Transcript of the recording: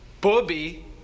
Bobby